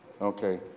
okay